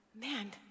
man